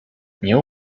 nie